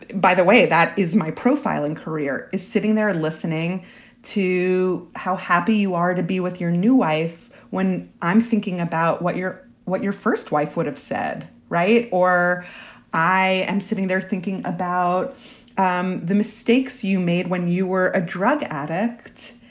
by the way. that is my profiling career is sitting there listening to how happy you are to be with your new wife. when i'm thinking about what you're what your first wife would have said. right. or i am there thinking about um the mistakes you made when you were a drug addict.